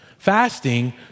Fasting